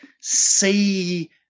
see